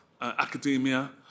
academia